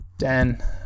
Dan